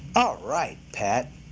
ah right, pat.